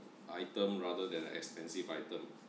item rather than an expensive item